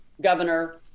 governor